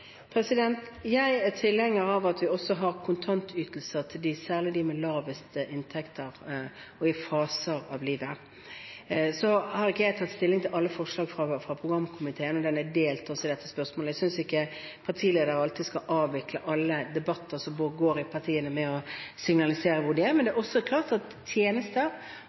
Jeg er tilhenger av at vi også har kontantytelser, særlig til dem med lavest inntekter, og i faser av livet. Så har ikke jeg tatt stilling til alle forslag fra programkomiteen, og den er også delt i dette spørsmålet. Jeg synes ikke partiledere alltid skal avvikle alle debatter som går i partiet, ved å signalisere hvor en selv står. Men det er klart at tjenester